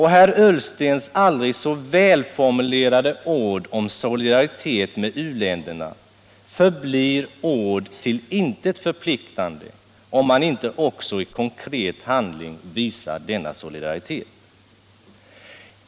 Herr Ullstens aldrig så välformulerade meningar om solidaritet med u-länderna förblir ord till intet förpliktande om man inte också i konkret handling visar denna solidaritet.